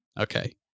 okay